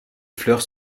fleurs